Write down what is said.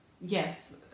yes